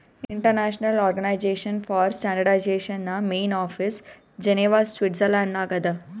international organization for standardization main office Geneva Switzerland ನಾಗ್ ಅದಾ